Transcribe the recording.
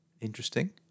Interesting